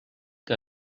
que